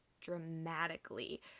dramatically